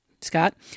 Scott